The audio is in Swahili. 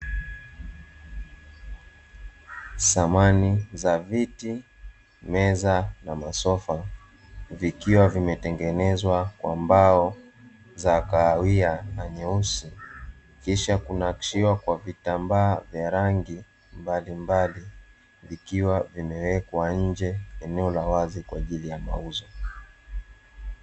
Samani za viti, meza na masofa vikiwa vimetengenezwa kwa mbao za kahawia na nyeusi kisha kunakshiwa kwa vitambaa vya rangi mbalimbali, ikiwa vimewekwa nje ya eneo la wazi kwa ajili ya mauzo.